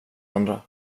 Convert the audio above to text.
andra